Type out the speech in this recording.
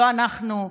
לא אנחנו,